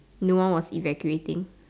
no one was evacuating